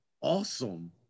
awesome